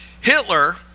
Hitler